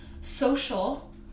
Social